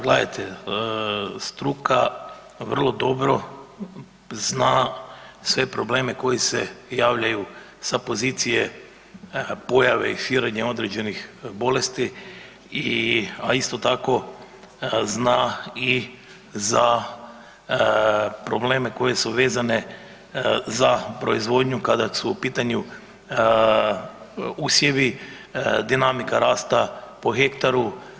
gledajte, struka vrlo dobro zna sve probleme koji se javljaju sa pozicije pojave i širenja određenih bolesti, a isto tako zna i za probleme koji su vezani za proizvodnju kada su u pitanju usjevi i dinamika rasta po hektaru.